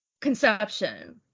conception